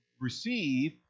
receive